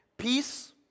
Peace